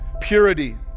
Purity